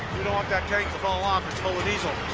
don't want that tank to fall off. it's full of diesel.